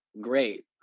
great